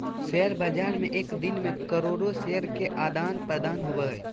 share बाज़ार में एक दिन मे करोड़ो शेयर के आदान प्रदान होबो हइ